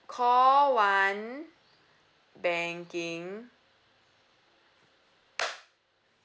call one banking